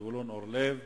זבולון אורלב.